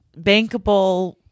bankable